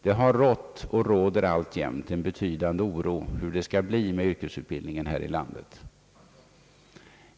Det har rått och råder alltjämt en betydande oro för yrkesutbildningen här i landet.